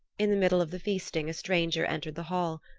in the middle of the feasting a stranger entered the hall.